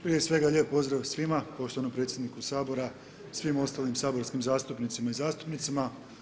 Prije svega lijep pozdrav svima, poštovanom predsjedniku Sabora i svim ostalim saborskim zastupnicama i zastupnicima.